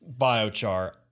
biochar